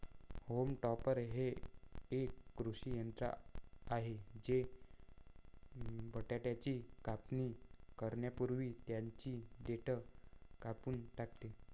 haulm topper हे एक कृषी यंत्र आहे जे बटाट्याची कापणी करण्यापूर्वी त्यांची देठ कापून टाकते